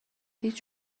هیچ